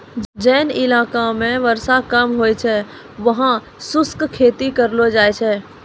जोन इलाका मॅ वर्षा कम होय छै वहाँ शुष्क खेती करलो जाय छै